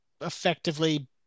effectively